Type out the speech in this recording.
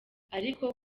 ariko